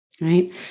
right